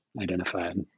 identified